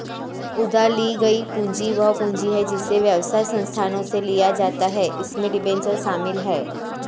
उधार ली गई पूंजी वह पूंजी है जिसे व्यवसाय संस्थानों से लिया जाता है इसमें डिबेंचर शामिल हैं